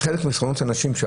חלק מהחסרונות של אנשים,